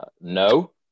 No